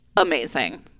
amazing